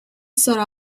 sought